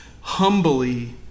humbly